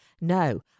no